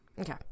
Okay